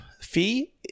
fee